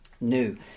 new